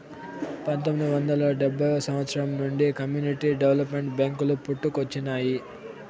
పంతొమ్మిది వందల డెబ్భై ఏడవ సంవచ్చరం నుండి కమ్యూనిటీ డెవలప్మెంట్ బ్యేంకులు పుట్టుకొచ్చినాయి